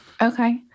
Okay